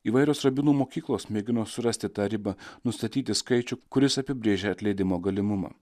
įvairios rabinų mokyklos mėgino surasti tą ribą nustatyti skaičių kuris apibrėžia atleidimo galimumą